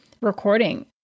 recording